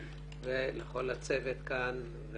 ולכל הצוות כאן.